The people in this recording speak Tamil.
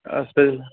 ஆ சரிங்